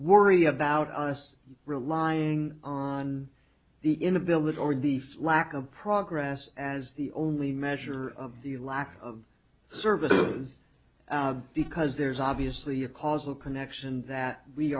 worry about just relying on the inability or the flack of progress as the only measure of the lack of service is because there's obviously a causal connection that we